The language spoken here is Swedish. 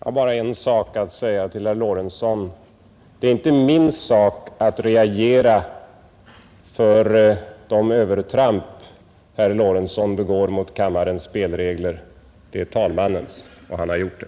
Herr talman! Jag har bara ett ord att säga till herr Lorentzon: Det är inte min sak att reagera för de övertramp som herr Lorentzon begår mot riksdagens spelregler — det är talmannens, och han har gjort det.